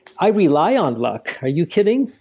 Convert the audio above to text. i rely on luck. are you kidding?